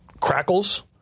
crackles